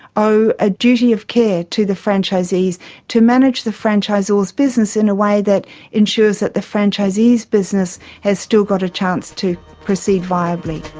owe a duty of care to the franchisees to manage the franchisor's business in a way that ensures that the franchisee's business has still got a chance to proceed viablyannabelle